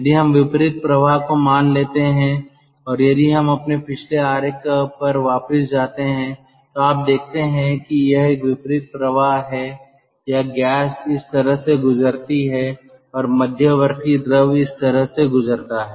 यदि हम विपरीत प्रवाह को मान लेते हैं और यदि हम अपने पिछले आरेख पर वापस जाते हैं तो आप देखते हैं यह एक विपरीत प्रवाह है या गैस इस तरह से गुजरती है और मध्यवर्ती द्रव इस तरह से गुजरता है